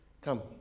come